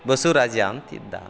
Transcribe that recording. ಬಸವರಾಜ ಅಂತಿದ್ದ